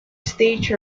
stage